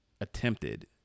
attempted